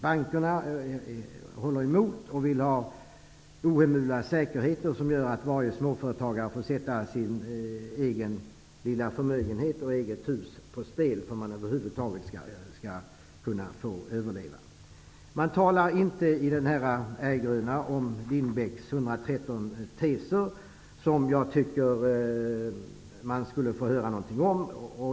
Bankerna håller emot och vill ha ohemula säkerheter som gör att varje småföretagare får sätta sin egen lilla förmögenhet och sitt eget hus på spel för att företaget över huvud taget skall kunna överleva. Man talar inte i den ärggröna om Lindbecks 113 teser, som jag tycker man skulle få höra någonting om.